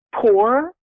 poor